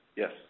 Yes